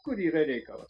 kur yra reikalas